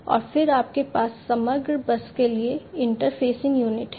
और फिर आपके पास समग्र बस के लिए इंटरफेसिंग यूनिट है